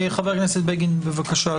חבר הכנסת בגין, בבקשה.